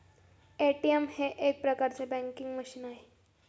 ATM हे एक प्रकारचे बँकिंग मशीन आहे